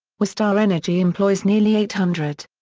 westar energy employs nearly eight hundred.